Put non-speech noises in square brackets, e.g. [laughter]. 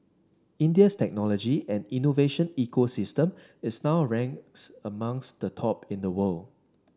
India's technology and innovation ecosystem is now ranked [unintelligible] amongst the top in the world